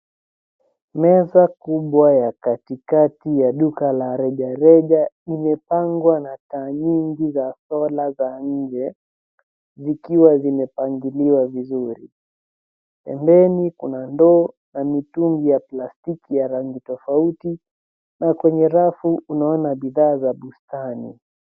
Meza kubwa ya katikati ya duka la rejareja imepangwa na taa nyingi za sola za nje, zikiwa zimepangiliwa vizuri. Pembeni kuna ndoa za mitungi ya plastiki ya rangi tofauti na kwenye rafu unaona bidhaa za bustani.